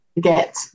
get